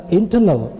internal